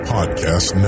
Podcast